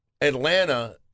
Atlanta